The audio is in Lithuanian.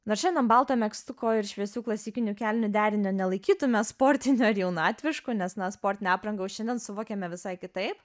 nors šiandien balto megztuko ir šviesių klasikinių kelnių derinio nelaikytume sportiniu ar jaunatvišku nes na sportinę aprangą jau šiandien suvokiame visai kitaip